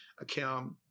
account